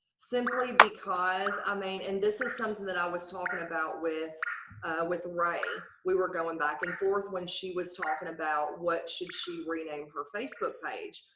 simply because i mean and this is something that i was talking about with with rae. we were going back and forth when she was talking about what should she rename her facebook page.